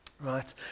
right